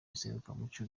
iserukiramuco